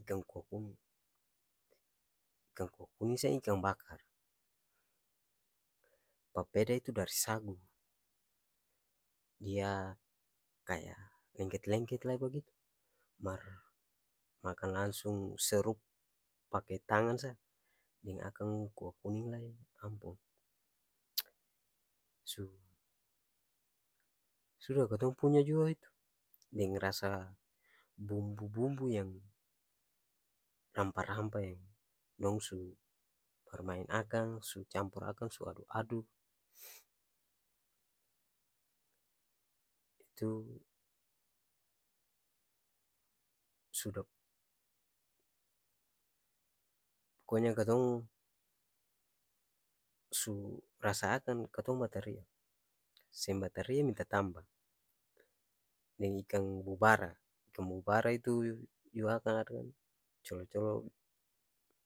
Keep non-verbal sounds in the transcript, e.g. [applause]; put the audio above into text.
ikang kua kuning ikang kua kuning seng ikang bakar papeda itu dari sagu dia kaya lengket-lengket lai bagitu mar makan langsung serup pake tangan sa deng akang kua kuning lai ampong [noise] su suda katong punya jua itu deng rasa bumbu-bumbu yang rampa-rampa yang dong su barmaeng akang su campor akang su aduk-aduk [noise] itu suda poko nya katong su rasa akang katong batarea seng batarea minta tamba deng ikang bubara, ikang bubara itu [unintelligible] colo-colo.